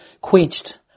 quenched